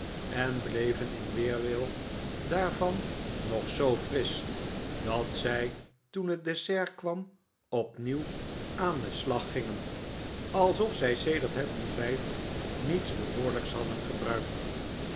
en bleveh in weerwil daarvan nog zoo frisch dat zij toen het dessert kwam opnieuw aan den slag gingen alsof zij sedert het ontbijt niets behoorlijks hadden gebruikt